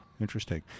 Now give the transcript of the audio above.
Interesting